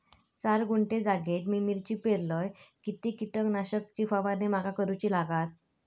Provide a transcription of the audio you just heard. चार गुंठे जागेत मी मिरची पेरलय किती कीटक नाशक ची फवारणी माका करूची लागात?